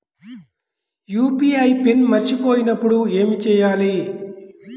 UPI PIN మరచిపోయినప్పుడు ఏమి చేయాలి?